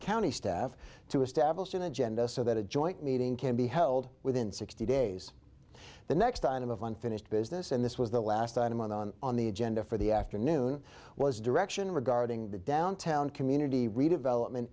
county staff to establish an agenda so that a joint meeting can be held within sixty days the next item of unfinished business and this was the last item on the on the agenda for the afternoon was direction regarding the downtown community redevelopment